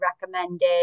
recommended